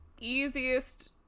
easiest